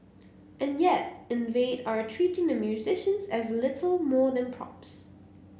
and yet Invade are treating the musicians as little more than props